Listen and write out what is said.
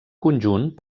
conjunt